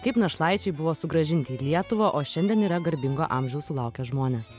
kaip našlaičiai buvo sugrąžinti į lietuvą o šiandien yra garbingo amžiaus sulaukę žmonės